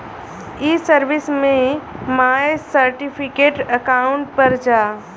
ई सर्विस में my certificate account पर जा